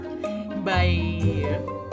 bye